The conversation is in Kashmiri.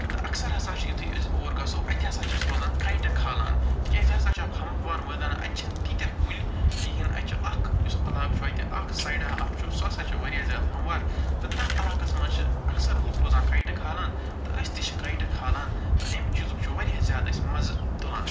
تہٕ اکثر ہَسا چھِ یُتھٕے أسۍ اور گَژھو اَتہِ ہَسا چھِ أسۍ روزان کھایٹہٕ کھالان تِکیٛازِ یہِ ہسا چھُ اکھ ہموار مٲدانا اَتہِ چھِنہٕ تیٖتیٛاہ کُلۍ کِہیٖنۍ اَتہِ چھُ اکھ یُس علاقہٕ چھُ اَتہِ اکھ سایڈا اکھ چھُ سُہ ہسا چھُ وارِیاہ زیادٕ ہموار تہٕ تتھ علاقس منٛز چھِ اکثر لُکھ روزان کایٹہٕ کھالان تہٕ أسۍ تہِ چھِ کایٹہٕ کھالان تہٕ اَمہِ چیٖزُک چھُ وارِیاہ زیادٕ أسۍ مَزٕ تُلان